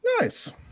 Nice